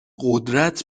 قدرت